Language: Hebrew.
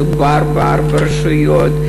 מדובר בארבע רשויות,